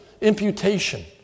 imputation